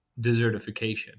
desertification